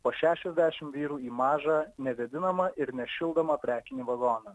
po šešiasdešimt vyrų į mažą nevėdinamą ir nešildomą prekinį vagoną